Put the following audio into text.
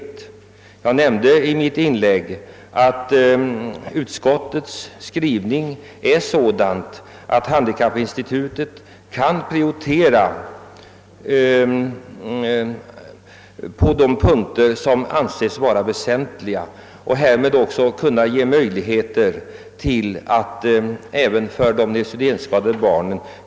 Jag nämnde i mitt tidigare inlägg att utskottets skrivning är sådan att handikappinstitutet kan prioritera på de punkter som anses vara väsentliga och därmed alltså skapa bättre förhållanden för de neurosedynskadade barnen.